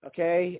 Okay